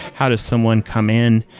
how does someone come in?